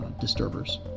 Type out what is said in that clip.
disturbers